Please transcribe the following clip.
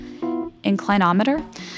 inclinometer